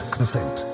Consent